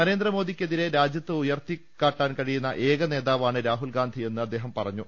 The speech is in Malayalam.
നരേന്ദ്രമോദിക്കെതിരെ രാജ്യത്ത് ഉയർത്തിക്കാട്ടാൻ കഴിയുന്ന ഏക നേ താ വാണ് രാഹുൽഗാന്ധി യെന്ന് അദ്ദേഹം പറ ഞ്ഞു